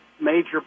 Major